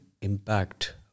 impact